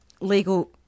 Legal